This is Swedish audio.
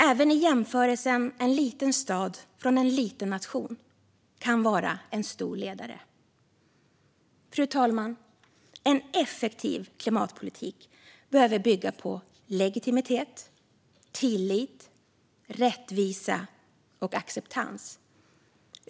Även i den jämförelsen kan en liten stad i en liten nation vara en stor ledare. Fru talman! En effektiv klimatpolitik behöver bygga på legitimitet, tillit, rättvisa och acceptans.